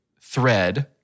thread